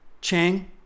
Chang